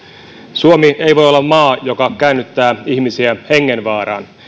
suomi ei voi olla maa joka käännyttää ihmisiä hengenvaaraan